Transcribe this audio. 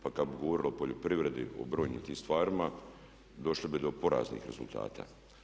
Pa kad bi govorili o poljoprivredi i brojnim tim stvarima došli bi do poraznih rezultata.